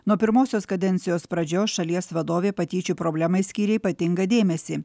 nuo pirmosios kadencijos pradžios šalies vadovė patyčių problemai skyrė ypatingą dėmesį